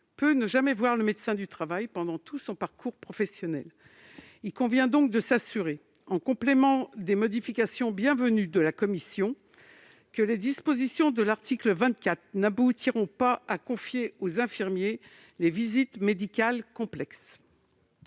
peut ne jamais voir le médecin du travail pendant tout son parcours professionnel. Il convient donc de s'assurer, en complément des modifications bienvenues introduites par la commission, que les dispositions de l'article 24 n'aboutiront pas à confier aux infirmiers les visites médicales complexes.